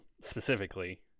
specifically